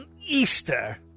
Easter